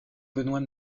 benoît